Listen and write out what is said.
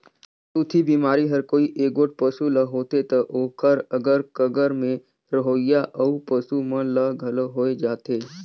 छूतही बेमारी हर कोई एगोट पसू ल होथे त ओखर अगर कगर में रहोइया अउ पसू मन ल घलो होय जाथे